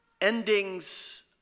Endings